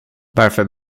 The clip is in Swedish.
varför